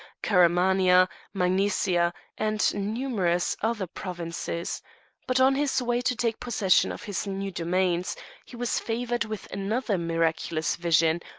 caramania, magnesia, and numerous other provinces but on his way to take possession of his new domains he was favoured with another miraculous vision,